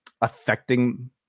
affecting